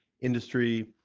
Industry